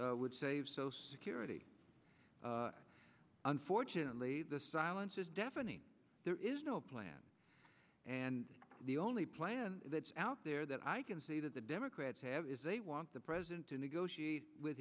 that would save social security unfortunately the silence is deafening there is no plan and the only plan that's out there that i can say that the democrats have is they want the president to negotiate with